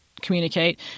communicate